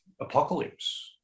apocalypse